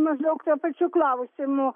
maždaug tuo pačiu klausimu